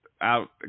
out